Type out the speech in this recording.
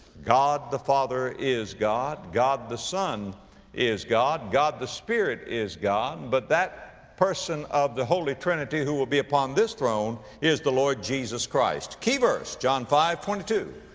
god the father is god god the son is god god the spirit is god but that person of the holy trinity who will be upon this throne is the lord jesus christ. key verse, john five twenty two,